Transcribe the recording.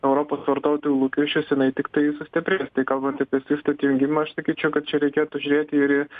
europos vartotojų lūkesčius jinai tiktai sustiprės tai kalbant apie svifto atjungimą aš sakyčiau kad čia reikėtų žiūrėti ir į